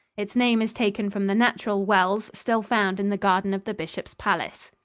its name is taken from the natural wells still found in the garden of the bishop's palace.